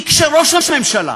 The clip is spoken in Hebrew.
כי כשראש הממשלה